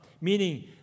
meaning